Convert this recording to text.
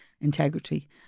integrity